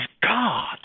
God